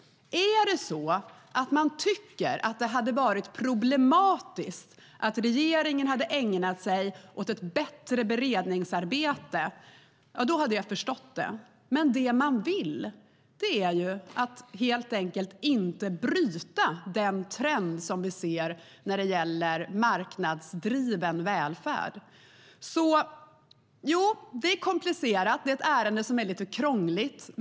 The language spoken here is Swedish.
Om man hade tyckt att det var problematiskt att regeringen ägnade sig åt ett bättre beredningsarbete skulle jag ha förstått det. Men det man vill är att helt enkelt inte bryta den trend som vi ser när det gäller marknadsdriven välfärd. Det är komplicerat. Det är ett ärende som är lite krångligt.